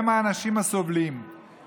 הם האנשים הסובלים.